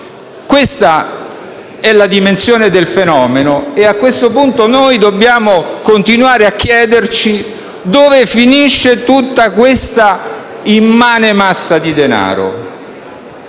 Questa è la dimensione del fenomeno e a questo punto dobbiamo continuare a chiederci dove finisce tutta questa immane massa di denaro.